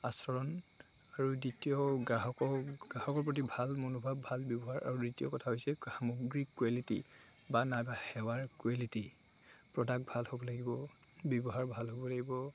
আচৰণ আৰু দ্বিতীয় গ্ৰাহকক গ্ৰাহকৰ প্ৰতি ভাল মনোভাৱ ভাল ব্যৱহাৰ আৰু দ্বিতীয় কথা হৈছে সামগ্ৰী কোৱালিটি বা নাইবা সেৱাৰ কোৱালিটী প্ৰডাক্ট ভাল হ'ব লাগিব ব্যৱহাৰ ভাল হ'ব লাগিব